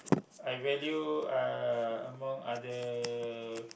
I value uh among other